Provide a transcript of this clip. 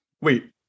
Wait